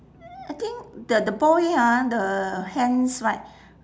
I think the the boy ah the hands right